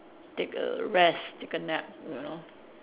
take a rest take a nap you know